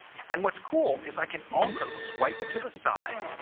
and what's cool is i can also swipe it to the side,